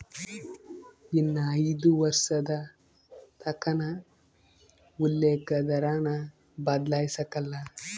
ಇನ್ನ ಐದು ವರ್ಷದತಕನ ಉಲ್ಲೇಕ ದರಾನ ಬದ್ಲಾಯ್ಸಕಲ್ಲ